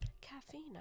caffeine